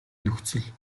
нөхцөл